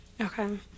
Okay